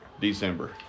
December